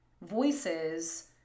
voices